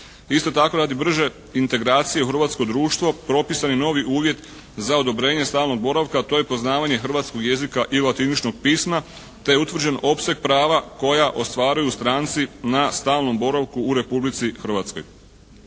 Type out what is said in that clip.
Isto tako radi brže integracije u hrvatsko društvo propisan je novi uvjet za odobrenje stalnog boravka, to je poznavanje hrvatskog jezika i latiničnog pisma te utvrđen opseg prava koja ostvaruju stranci na stalnom boravku u Republici Hrvatskoj.